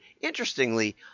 interestingly